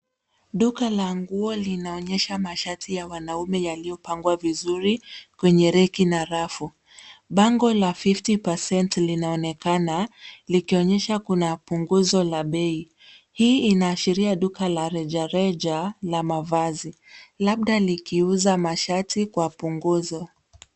Duka la nguo linaonyesha mashati ya wanaume yaliyopangwa vizuri kwenye reki na rafu. Bango la fifty percent linaonekana, likionyesha kuna punguzo la bei. Hii inaashiria duka la rejareja la mavazi, labda likiuza mashati kwa punguzo.